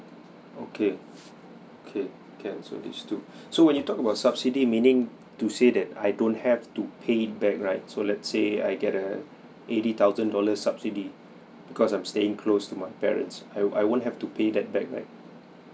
okay okay can so these two so when you talk about subsidy meaning to say that I don't have to pay it back right so let's say I get a eighty thousand dollars subsidy because I'm staying close to my parents I I won't have to pay that back right